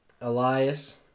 Elias